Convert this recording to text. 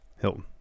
Hilton